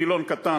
טילון קטן,